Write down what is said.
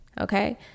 okay